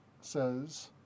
says